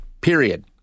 period